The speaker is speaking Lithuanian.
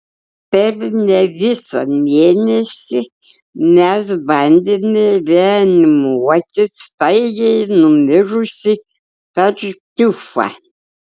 per ne visą mėnesį mes bandome reanimuoti staigiai numirusį tartiufą